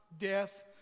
death